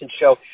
show